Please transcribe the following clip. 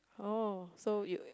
oh so you